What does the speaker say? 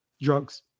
drugs